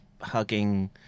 hugging